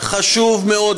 חשוב מאוד,